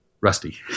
rusty